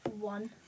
One